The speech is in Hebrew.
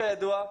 כידוע,